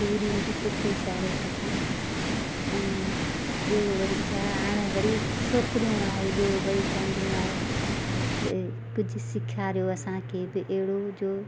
तूरियूं बि सूठियूं चाढ़े सघां ऐं ॿियो वरी छा हाणे वरी छोकिरियूं आहे जो वरी चवंदियूं आहिनि हाणे वरी त कुझु सेखारियो असांखे बि अहिड़ो जो